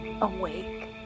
awake